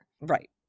Right